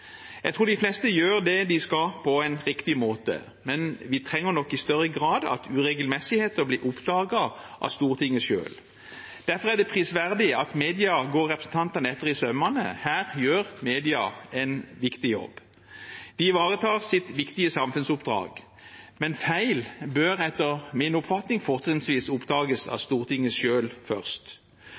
Jeg tror de fleste gjør det de skal, på en riktig måte, men vi trenger nok i større grad at uregelmessigheter blir oppdaget av Stortinget selv. Derfor er det prisverdig at media går representantene etter i sømmene. Her gjør media en viktig jobb. De ivaretar sitt viktige samfunnsoppdrag, men feil bør etter min oppfatning fortrinnsvis oppdages av Stortinget selv først.